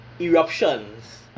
eruptions